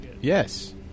Yes